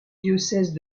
diocèse